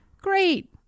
great